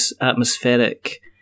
atmospheric